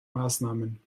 maßnahmen